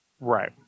Right